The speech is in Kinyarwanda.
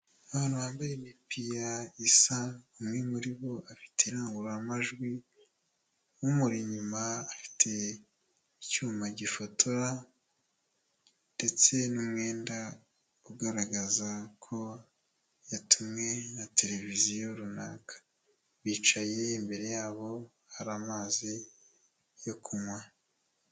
Abantu bambaye imipira isa, umwe muri bo afite indangururamajwi, umuri inyuma afite icyuma gifotora ndetse n'umwenda ugaragaza ko yatumwe na televiziyo runaka, bicaye imbere yabo hari amazi yo kunywa.